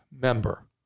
member